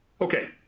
Okay